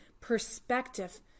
perspective